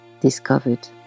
discovered